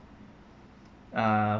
uh